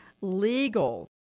legal